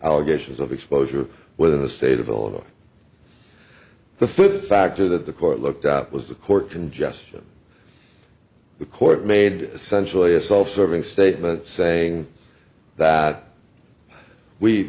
allegations of exposure within the state of illinois the food factor that the court looked at was the court congestion the court made sensually a self serving statement saying that we